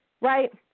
right